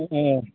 ए ए